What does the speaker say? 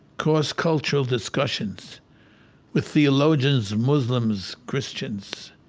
cross-cultural discussions with theologians, muslims, christians,